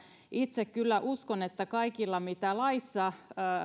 itse kyllä uskon että kaikella mitä laissa on